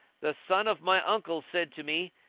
the son of my uncle said to me,